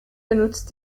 benutzt